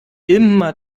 immer